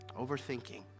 Overthinking